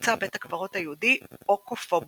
נמצא בית הקברות היהודי אוקופובה,